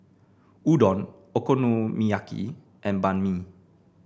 Udon Okonomiyaki and Banh Mi